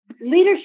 leadership